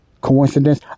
Coincidence